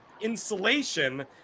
insulation